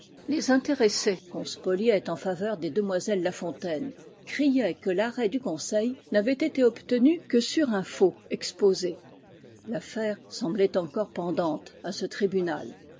les intéressés qu'on spoliait en faveur des demoiselles la fontaine criaient que l'arrêt du conseil n'avait été obtenu que sur un faux exposé l'affaire semblait encore pendante à ce tribunal